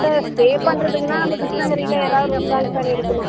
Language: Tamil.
சார் ஸ்டே பண்ணுறதுக்குனா அந்த கிருஷ்ணகிரியில ஏதாவது ரூம் தாங்க சார் எடுக்கணும்